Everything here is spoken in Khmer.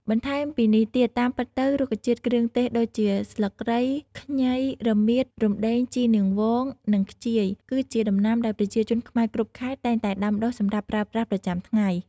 បន្ថែមពីនេះទៀត តាមពិតទៅ រុក្ខជាតិគ្រឿងទេសដូចជាស្លឹកគ្រៃ ខ្ញី រមៀត រំដេង ជីរនាងវង និងខ្ជាយ គឺជាដំណាំដែលប្រជាជនខ្មែរគ្រប់ខេត្តតែងតែដាំដុះសម្រាប់ប្រើប្រាស់ប្រចាំថ្ងៃ។